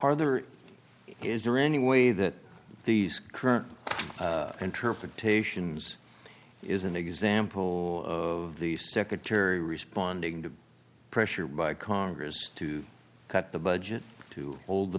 are there is there any way that these current interpretations is an example of the secretary responding to pressure by congress to cut the budget to hold the